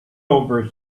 over